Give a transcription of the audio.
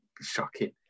shocking